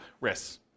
risks